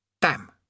Damn